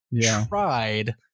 tried